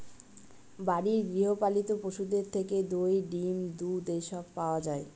বাড়ির গৃহ পালিত পশুদের থেকে দই, ডিম, দুধ এসব পাওয়া যায়